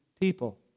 people